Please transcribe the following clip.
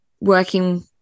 working